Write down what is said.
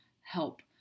help